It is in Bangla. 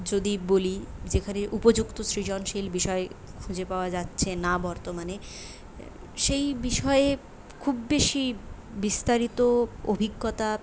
যদি বলি যেখানে উপযুক্ত সৃজনশীল বিষয় খুঁজে পাওয়া যাচ্ছেনা বর্তমানে সেই বিষয়ে খুব বেশি বিস্তারিত অভিজ্ঞতা